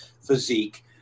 physique